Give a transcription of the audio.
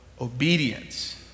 Obedience